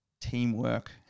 teamwork